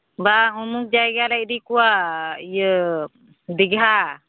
ᱵᱟᱝ ᱩᱢᱩᱠ ᱡᱟᱭᱜᱟ ᱞᱮ ᱤᱫᱤ ᱠᱚᱣᱟ ᱤᱭᱟᱹ ᱫᱤᱜᱷᱟ